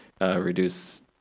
reduce